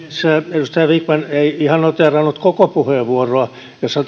edustaja vikman ei ihan noteerannut koko puheenvuoroa jossa